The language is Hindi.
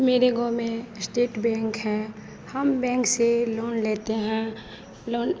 मेरे गाँव में स्टेट बेंक है हम बैंक से लोन लेते हैं लोन